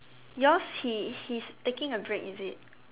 yours he he is taking a break is it